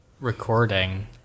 recording